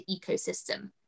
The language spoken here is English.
ecosystem